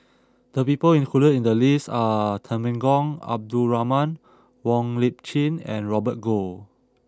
the people included in the list are Temenggong Abdul Rahman Wong Lip Chin and Robert Goh